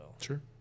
Sure